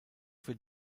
für